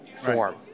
form